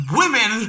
women